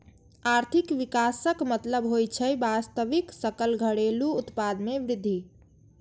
आर्थिक विकासक मतलब होइ छै वास्तविक सकल घरेलू उत्पाद मे वृद्धि